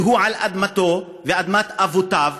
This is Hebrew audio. כי הוא על אדמתו ואדמת אבותיו,